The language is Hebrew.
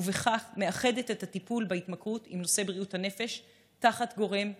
ובכך מאחדת את הטיפול בהתמכרות עם נושא בריאות הנפש תחת גורם אחד.